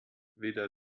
weder